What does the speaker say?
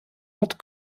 hat